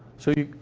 so you,